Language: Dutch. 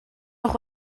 nog